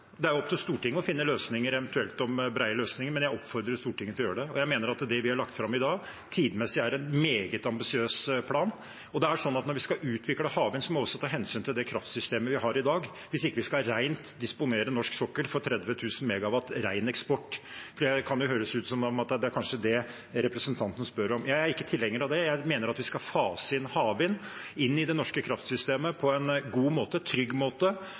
Det er opp til Stortinget å finne løsninger, eventuelt brede løsninger, og jeg oppfordrer Stortinget til å gjøre det. Jeg mener at det vi har lagt fram i dag, er en tidsmessig meget ambisiøs plan. Når vi skal utvikle havvind, må vi også ta hensyn til det kraftsystemet vi har i dag, hvis ikke vi skal disponere norsk sokkel for 30 000 MW ren eksport. Det kan høres ut som at det er det representanten spør om. Jeg er ikke tilhenger av det. Jeg mener at vi skal fase inn havvind i det norske kraftsystemet på en god og trygg måte,